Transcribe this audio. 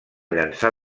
llançar